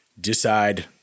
decide